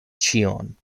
ĉion